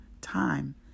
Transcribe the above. time